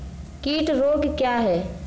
कीट रोग क्या है?